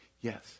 Yes